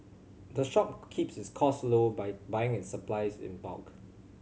the shop keeps its costs low by buying its supplies in bulk